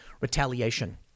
retaliation